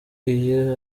iyi